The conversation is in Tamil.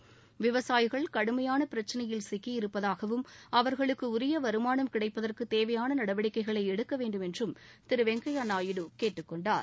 நாட்டின் விவசாயிகள் கடுமையான பிரச்சினையில் சிக்கியிருப்பதாகவும் அவர்களுக்கு உரிய வருமானம் கிடைப்பதற்கு தேவையான நடவடிக்கைகளை எடுக்க வேண்டும் என்றும் திரு வெங்கப்யா நாயுடு கேட்டுக்கொண்டார்